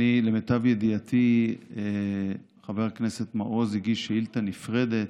למיטב ידיעתי חבר הכנסת מעוז הגיש שאילתה נפרדת,